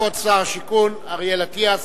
כבוד שר השיכון, אריאל אטיאס,